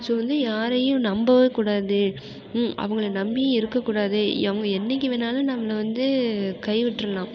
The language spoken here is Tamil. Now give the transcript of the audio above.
ஸோ வந்து யாரையும் நம்பவேக்கூடாது அவங்கள நம்பியும் இருக்கக்கூடாது அவங்க என்னிக்கி வேண்ணாலும் நம்மளை வந்து கை விட்டுருலாம்